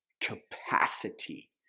Capacity